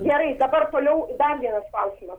gerai dabar toliau dar vienas klausimas